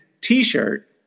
t-shirt